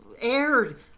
aired